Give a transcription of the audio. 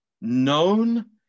Known